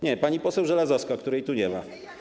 Nie, pani poseł Żelazowska, której tu nie ma.